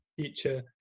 future